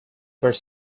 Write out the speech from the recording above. were